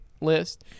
list